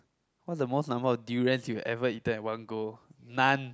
what's the most number of durians you ever eaten at one go none